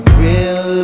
real